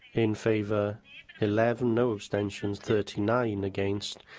in favour eleven, no abstentions, thirty nine against.